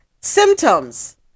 Symptoms